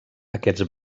aquests